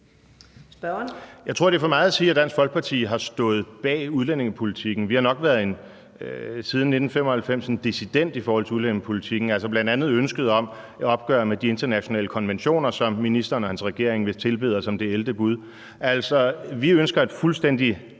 Jeg tror, det er for meget at sige, at Dansk Folkeparti har stået bag udlændingepolitikken. Vi har nok siden 1995 været en dissident i forhold til udlændingepolitikken, bl.a. i ønsket om et opgør med de internationale konventioner, som ministeren og hans regering vist tilbeder som det 11. bud. Altså, vi ønsker et fuldstændig